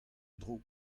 dro